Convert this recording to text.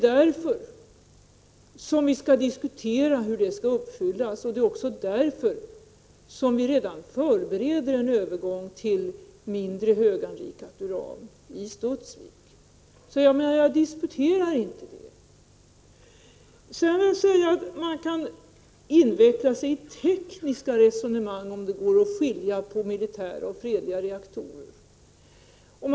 Därför kommer vi också att diskutera hur avtalet skall uppfyllas, och det är därför som vi redan förbereder en övergång till mindre höganrikat uran i Studsvik. Jag disputerar inte om den saken. Man kan inveckla sig i tekniska resonemang — huruvida det går att skilja på militära och fredliga reaktorer.